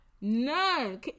none